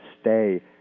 stay